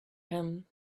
him